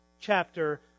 chapter